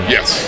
Yes